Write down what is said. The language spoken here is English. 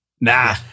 Nah